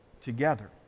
together